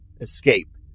escape